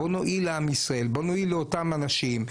בואו נועיל לעם ישראל, בואו נועיל לאותם אנשים.